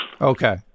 Okay